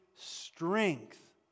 Strength